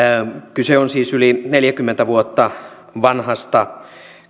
kyse on siis yli neljäkymmentä vuotta vanhasta